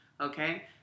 Okay